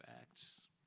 Acts